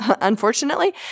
unfortunately